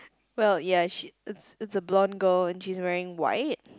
well ya she it's it's a blonde girl and she's wearing white